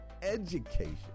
education